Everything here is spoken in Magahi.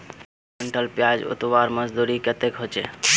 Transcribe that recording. दस कुंटल प्याज उतरवार मजदूरी कतेक होचए?